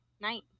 Night